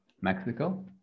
Mexico